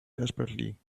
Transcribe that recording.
desperately